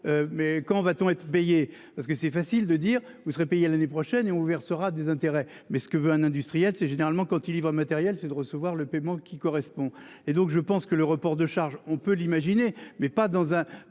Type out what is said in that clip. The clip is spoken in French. Mais quand va-t-on être payé parce que c'est facile de dire vous serez payé à l'année prochaine et ouvert sera des intérêts mais ce que veut un industriel, c'est généralement quand il livrent matériel c'est de recevoir le paiement qui correspond et donc je pense que le report de charges. On peut l'imaginer, mais pas dans un